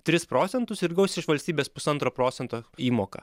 tris procentus ir gaus iš valstybės pusantro procento įmoką